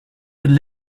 could